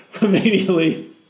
immediately